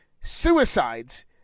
suicides